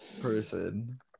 person